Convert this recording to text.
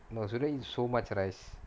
no shouldn't eat so much rice